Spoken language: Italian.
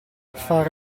fare